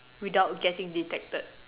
without getting detected